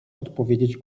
odpowiedzieć